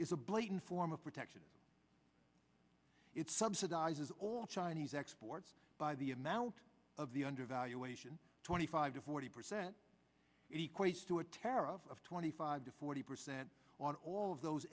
is a blatant form of protection it subsidizes all chinese exports by the amount of the undervaluation twenty five to forty percent equal to a tariff of twenty five to forty percent on all of those